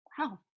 Wow